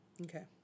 Okay